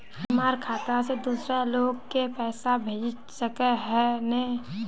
हमर खाता से दूसरा लोग के पैसा भेज सके है ने?